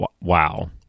Wow